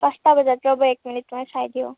পাঁচটা বজাত ৰ'ব এক মিনিট মই চাই দিওঁ